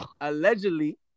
Allegedly